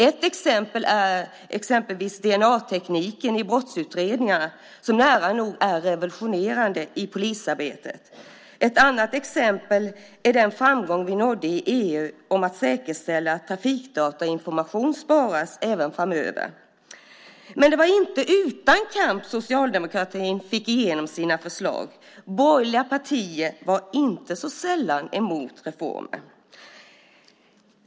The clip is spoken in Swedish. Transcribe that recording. Ett exempel är DNA-tekniken i brottsutredningarna som nära nog är revolutionerande i polisarbetet. Ett annat exempel är den framgång som vi nådde i EU om att säkerställa att trafikdatainformation sparas även framöver. Men det var inte utan kamp socialdemokratin fick igenom sina förslag. Borgerliga partier var inte så sällan emot reformer.